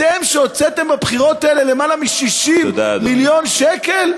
אתם, שהוצאתם בבחירות האלה למעלה מ-60 מיליון שקל?